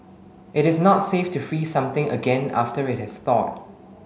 it is not safe to freeze something again after it has thawed